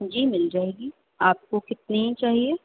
جی مِل جائے گی آپ کو کتنی چاہیے